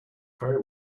very